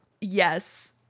Yes